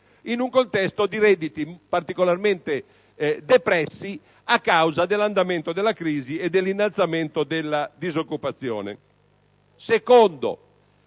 in un contesto di redditi particolarmente depressi a causa dell'andamento della crisi e dell'innalzamento della disoccupazione. Altro